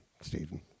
Stephen